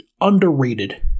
underrated